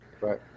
right